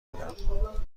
بودم